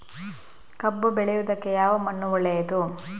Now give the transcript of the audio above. ಕಬ್ಬು ಬೆಳೆಯುವುದಕ್ಕೆ ಯಾವ ಮಣ್ಣು ಒಳ್ಳೆಯದು?